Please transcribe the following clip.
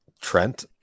Trent